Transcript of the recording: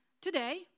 today